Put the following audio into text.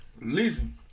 listen